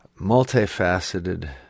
multifaceted